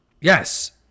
Yes